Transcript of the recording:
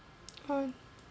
um